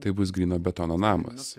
tai bus gryno betono namas